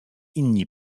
inni